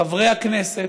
חברי הכנסת,